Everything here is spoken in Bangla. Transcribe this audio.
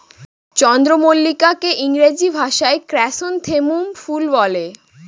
চন্দ্রমল্লিকাকে ইংরেজি ভাষায় ক্র্যাসনথেমুম ফুল বলে